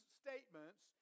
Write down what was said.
statements